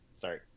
sorry